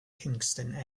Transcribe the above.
kingston